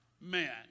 man